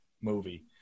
movie